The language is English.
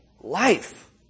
life